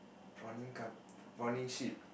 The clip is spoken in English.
prawning com prawning ship